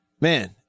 man –